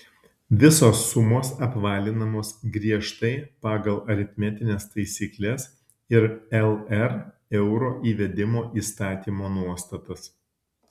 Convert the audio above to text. visos sumos apvalinamos griežtai pagal aritmetines taisykles ir lr euro įvedimo įstatymo nuostatas